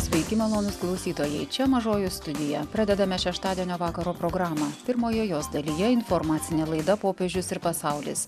sveiki malonūs klausytojai čia mažoji studija pradedame šeštadienio vakaro programą pirmojoj jos dalyje informacinė laida popiežius ir pasaulis